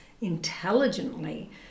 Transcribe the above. intelligently